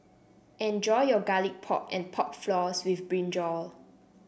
enjoy your Garlic Pork and Pork Floss with brinjal